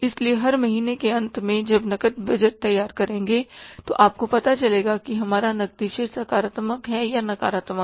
इसलिए हर महीने के अंत में जब नकद बजट तैयार करेंगे तो आपको पता चलेगा कि हमारा नकदी शेष सकारात्मक है या नकारात्मक